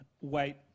wait